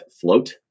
float